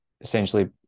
essentially